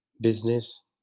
business